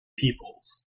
peoples